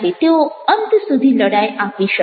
તેઓ અંત સુધી લડાઈ આપી શકે છે